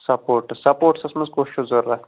sports سَپوٹٕسس منٛز کُس چھُو ضوٚرتھ